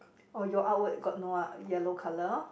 oh your outward got no uh yellow colour